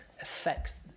affects